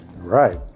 Right